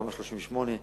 תמ"א 38,